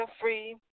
free